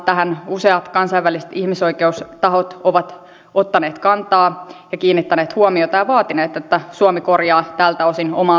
tähän useat kansainväliset ihmisoikeustahot ovat ottaneet kantaa ja kiinnittäneet huomiota ja vaatineet että suomi korjaa tältä osin omaa lainsäädäntöänsä